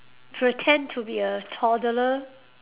pretend to be a toddler